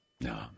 No